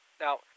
Now